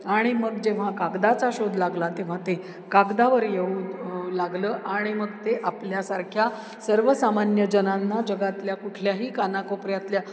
आणि मग जेव्हा कागदाचा शोध लागला तेव्हा ते कागदावर येऊ लागलं आणि मग ते आपल्यासारख्या सर्वसामान्य जनांना जगातल्या कुठल्याही कानाकोपऱ्यातल्या